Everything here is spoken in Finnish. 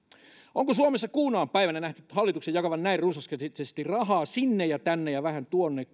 onko suomessa kuuna päivänä nähty hallituksen jakavan näin runsaskätisesti rahaa sinne ja tänne ja vähän tuonne